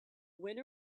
when